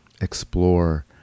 explore